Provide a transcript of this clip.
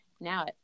now